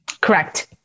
Correct